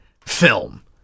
film